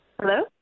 Hello